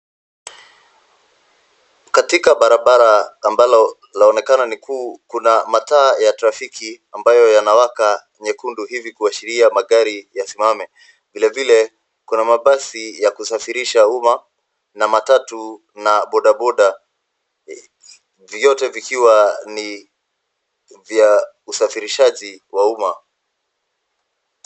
Katika barabara ambalo laonekana ni kuu, kuna mataa ya trafiki ambayo yanawaka nyekundu hivi kuashiria magari yasimame. Vile vile kuna mabasi ya kusafirisha umma na matatu na boda boda, vyote vikiwa ni vya usafirishaji wa umma.